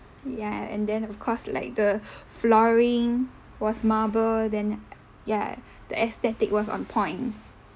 ya and then of course like the flooring was marble then ya the aesthetic was on point